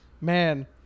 Man